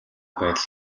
байдал